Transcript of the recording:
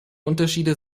unterschiede